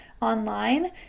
online